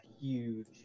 huge